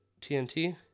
TNT